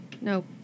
No